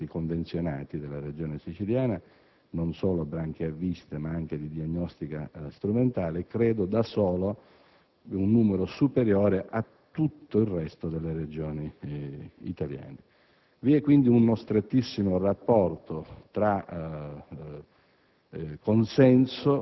gli specialisti convenzionati della Regione siciliana (non solo di branche a visita ma anche di diagnostica strumentale), un numero da solo superiore, credo, a tutto il resto delle Regioni italiane. Vi è quindi uno strettissimo rapporto tra